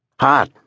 Hot